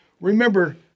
Remember